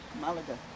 Malaga